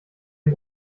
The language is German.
dem